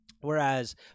Whereas